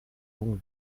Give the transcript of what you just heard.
longue